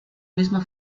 mismo